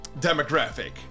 demographic